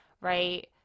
right